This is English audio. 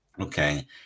Okay